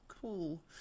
cool